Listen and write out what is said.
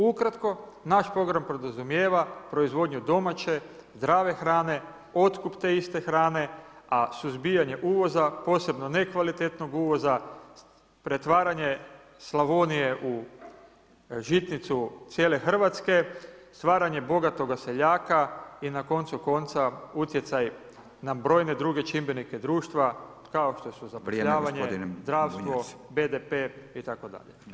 Ukratko, naš program podrazumijeva proizvodnju domaće, zdrave hrane, otkup te iste hrane, a suzbijanje uvoza, posebno nekvalitetnog uvoza, pretvaranje Slavonije u žitnicu cijele Hrvatske, stvaranje bogatoga seljaka i na koncu konca utjecaj na brojne druge čimbenike društva, kao što su zapošljavanje, zdravstvo, BDP itd.